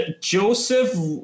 Joseph